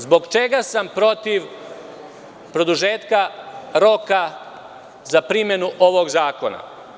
Zbog čega sam protiv produžetaka roka za primenu ovog zakona?